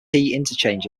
interchange